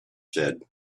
said